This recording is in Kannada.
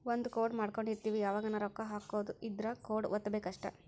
ಒಂದ ಕೋಡ್ ಮಾಡ್ಕೊಂಡಿರ್ತಿವಿ ಯಾವಗನ ರೊಕ್ಕ ಹಕೊದ್ ಇದ್ರ ಕೋಡ್ ವತ್ತಬೆಕ್ ಅಷ್ಟ